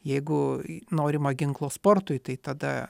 jeigu norima ginklo sportui tai tada